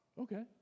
okay